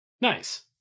Nice